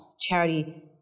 Charity